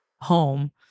home